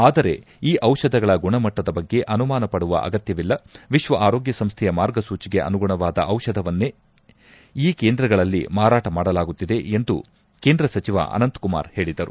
ಆದರೆ ಈ ಔಷಧಗಳ ಗುಣಮಟ್ಟದ ಬಗ್ಗೆ ಅನುಮಾನಪಡುವ ಅಗತ್ಯವಿಲ್ಲ ವಿಶ್ವ ಆರೋಗ್ಯ ಸಂಸ್ಲೆಯ ಮಾರ್ಗಸೂಚಿಗೆ ಅನುಗುಣವಾದ ಔಷಧಗಳನ್ನೇ ಈ ಕೇಂದ್ರಗಳಲ್ಲಿ ಮಾರಾಟ ಮಾಡಲಾಗುತ್ತಿದೆ ಎಂದು ಕೇಂದ್ರ ಸಚಿವ ಅನಂತಕುಮಾರ್ ಹೇಳಿದರು